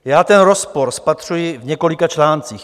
Já ten rozpor spatřuji v několika článcích.